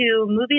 movies